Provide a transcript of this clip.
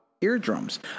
eardrums